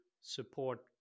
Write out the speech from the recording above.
support